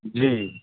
जी